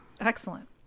excellent